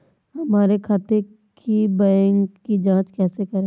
हमारे खाते के बैंक की जाँच कैसे करें?